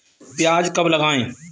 प्याज कब लगाएँ?